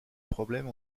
problème